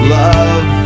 love